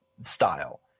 style